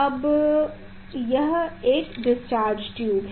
अब यह एक डिस्चार्ज ट्यूब है